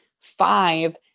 five